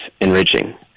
enriching